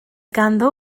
ganddo